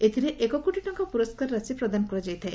ଏଥିରେ ଏକ କୋଟି ଟଙ୍କା ପୁରସ୍କାର ରାଶି ପ୍ରଦାନ କରାଯାଇଥାଏ